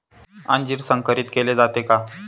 अंजीर संकरित केले जाते का?